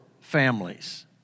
families